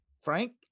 frank